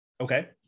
Okay